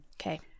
Okay